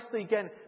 again